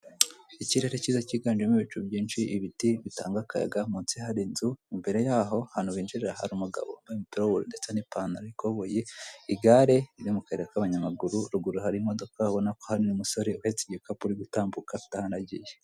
Ikirere kiza kiganjemo ibicu byinshi, ibiti bitanga akayaga, munsi hari inzu, imbere yaho ahantu binjirira hari umugabo wambaye umupira w'ubururu ndetse n'ipantaro y'ikoboyi, igare riri mu kayira k'abanyamaguru, ruguru hari imodoka ubonako hari n'umusore uhetse igikapu uri gutambuka ufite ahantu agiye.